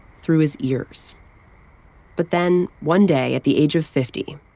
through his ears but then, one day at the age of fifty,